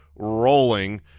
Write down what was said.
rolling